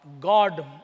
God